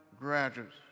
graduates